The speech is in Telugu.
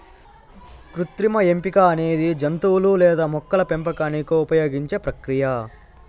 కృత్రిమ ఎంపిక అనేది జంతువులు లేదా మొక్కల పెంపకానికి ఉపయోగించే ప్రక్రియ